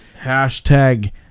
hashtag